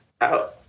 out